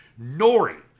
Nori